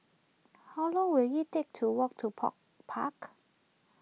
how long will it take to walk to Park